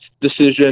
decision